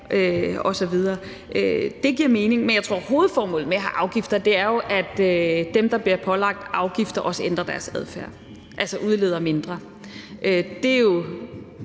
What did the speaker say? osv. Det giver mening. Men jeg tror jo, at hovedformålet med at have afgifter er, at dem, der bliver pålagt afgifter, også ændrer deres adfærd, altså udleder mindre. Det er jo,